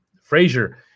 Frazier